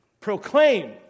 Proclaim